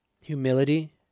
Humility